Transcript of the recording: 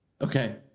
Okay